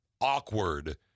awkward